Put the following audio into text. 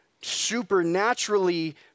supernaturally